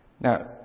Now